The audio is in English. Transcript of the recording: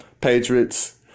Patriots